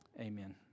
Amen